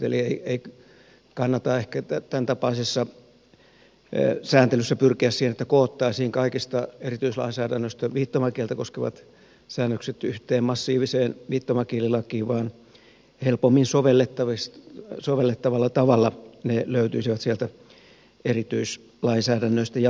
eli ei kannata ehkä tämäntapaisessa sääntelyssä pyrkiä siihen että koottaisiin kaikesta erityislainsäädännöstä viittomakieltä koskevat säännökset yhteen massiiviseen viittomakielilakiin vaan helpommin sovellettavalla tavalla ne löytyisivät sieltä erityislainsäädännöstä jatkossakin